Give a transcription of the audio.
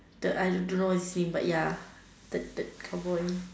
the I don't know what is silly but ya the the boy